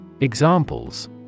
Examples